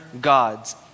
gods